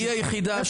היא היחידה.